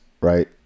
Right